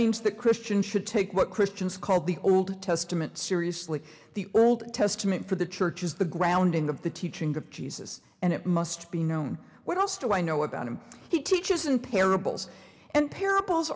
means that christians should take what christians call the old testament seriously the old testament for the church is the grounding of the teachings of jesus and it must be known what else do i know about him he teaches in parables and parables